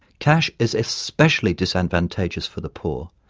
cash is especially disadvantageous for the poor,